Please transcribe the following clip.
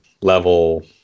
level